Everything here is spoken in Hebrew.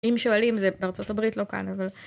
אם שואלים זה בארה״ב לא כאן, אבל.